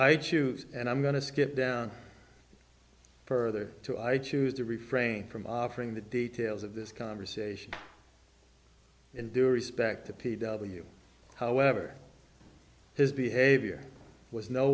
i choose and i'm going to skip down further to i choose to refrain from offering the details of this conversation in due respect to p w however his behavior was no